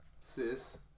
Sis